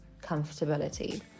comfortability